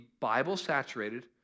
Bible-saturated